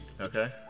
Okay